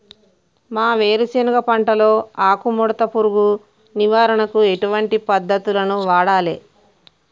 మా వేరుశెనగ పంటలో ఆకుముడత పురుగు నివారణకు ఎటువంటి పద్దతులను వాడాలే?